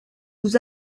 vous